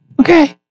Okay